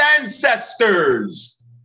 ancestors